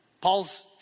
Paul's